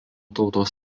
tautos